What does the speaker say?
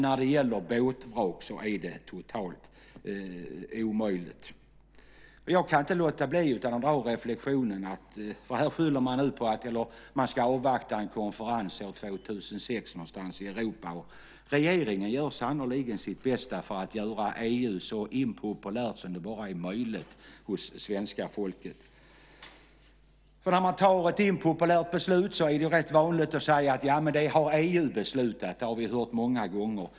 När det gäller båtvrak är det totalt omöjligt. Man skyller nu på att man ska avvakta en konferens år 2006 någonstans i Europa. Regeringen gör sannerligen sitt bästa för att göra EU så impopulärt hos svenska folket som det bara är möjligt. När man tar ett impopulärt beslut är det vanligt att man säger: Det har EU beslutat. Det har vi hört många gånger.